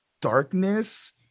darkness